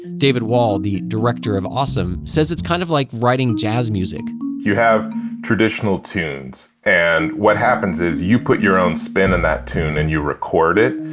david wahl, the director of awesome, says it's kind like writing jazz music you have traditional tunes and what happens is you put your own spin in that tune and you record it.